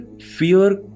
fear